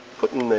putting a